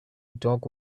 dog